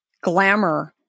glamour